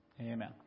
amen